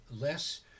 Less